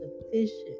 sufficient